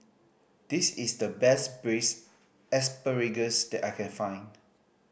this is the best Braised Asparagus that I can find